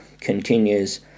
continues